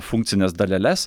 funkcines daleles